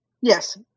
Yes